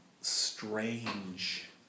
strange